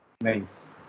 Nice